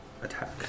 attack